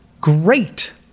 Great